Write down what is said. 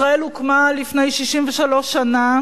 ישראל הוקמה לפני 63 שנה